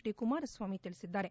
D Kumaraswamy ತಿಳಿಸಿದ್ದಾರೆ